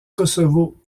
kosovo